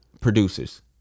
producers